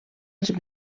els